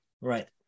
right